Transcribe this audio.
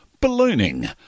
ballooning